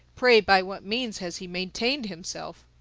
pray by what means has he maintained himself?